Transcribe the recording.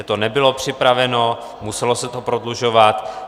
To nebylo připraveno, muselo se to prodlužovat.